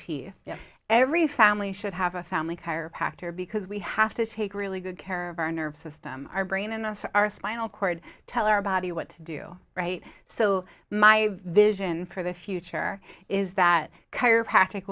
teeth every family should have a family chiropractor because we have to take really good care of our nervous system our brain and us our spinal cord tell our body what to do right so my vision for the future is that chiropractic